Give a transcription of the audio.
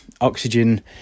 oxygen